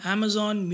Amazon